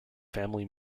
family